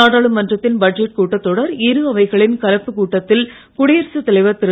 நாடாளுமன்றத்தின் பட்ஜெட் கூட்டத்தொடர் இரு அவைகளின் கலப்புக் கூட்டத்தில் குடியரசுத் தலைவர் திரு